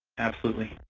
absolutely.